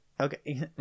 Okay